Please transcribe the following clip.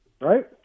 Right